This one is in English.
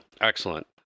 Excellent